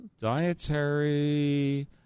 Dietary